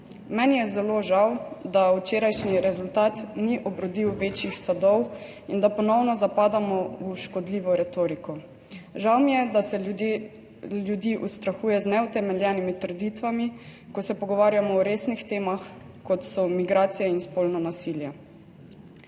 Meni je zelo žal, da včerajšnji rezultat ni obrodil večjih sadov in da ponovno zapadamo v škodljivo retoriko. Žal mi je, da se ljudi ustrahuje z neutemeljenimi trditvami, ko se pogovarjamo o resnih temah kot so migracije in spolno nasilje.